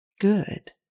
Good